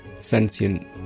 sentient